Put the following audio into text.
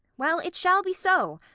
well, it shall be so.